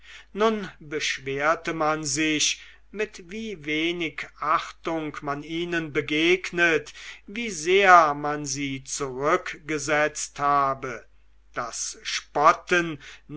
nun beschwerte man sich mit wie wenig achtung man ihnen begegnet wie sehr man sie zurückgesetzt habe das spotten